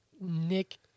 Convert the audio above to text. Nick